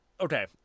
okay